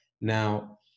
Now